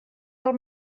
del